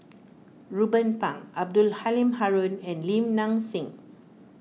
Ruben Pang Abdul Halim Haron and Lim Nang Seng